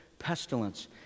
Pestilence